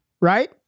right